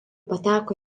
pateko